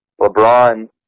LeBron